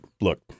look